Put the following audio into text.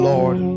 Lord